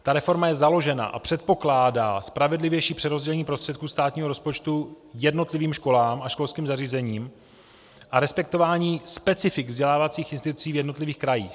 Ta reforma je založena a předpokládá spravedlivější přerozdělení prostředků státního rozpočtu jednotlivým školám a školským zařízením a respektování specifik vzdělávacích institucí v jednotlivých krajích.